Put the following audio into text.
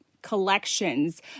Collections